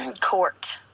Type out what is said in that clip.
court